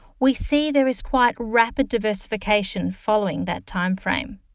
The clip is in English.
we see there is quite rapid diversification following that timeframe.